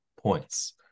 Points